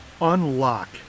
unlock